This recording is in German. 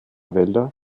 wälder